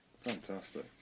Fantastic